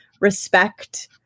respect